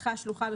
פתחה שלוחה,